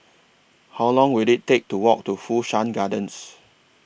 How Long Will IT Take to Walk to Fu Shan Gardens